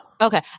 Okay